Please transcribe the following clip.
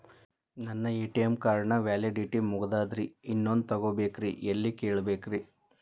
ನನ್ನ ATM card ನ validity ಮುಗದದ್ರಿ ಇನ್ನೊಂದು ತೊಗೊಬೇಕ್ರಿ ಎಲ್ಲಿ ಕೇಳಬೇಕ್ರಿ?